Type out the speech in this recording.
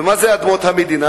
ומה זה אדמות מדינה?